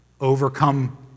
Overcome